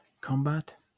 combat